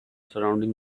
surrounding